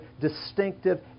distinctive